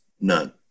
none